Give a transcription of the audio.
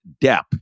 Depp